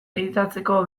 editatzeko